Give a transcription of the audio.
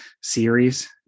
series